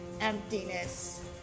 emptiness